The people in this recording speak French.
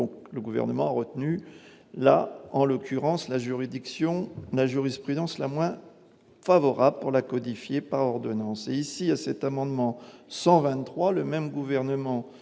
donc le gouvernement retenu là en l'occurrence la juridiction la jurisprudence la moins favorable pour la codifié par ordonnance et ici à cet amendement 123 le même gouvernement